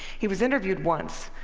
he was interviewed once,